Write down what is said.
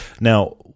Now